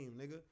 nigga